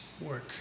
work